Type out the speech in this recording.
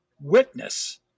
witness